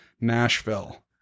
Nashville